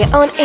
on